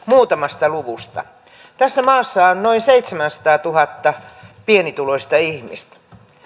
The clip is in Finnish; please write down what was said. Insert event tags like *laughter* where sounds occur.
*unintelligible* muutamasta luvusta tässä maassa on noin seitsemänsataatuhatta pienituloista ihmistä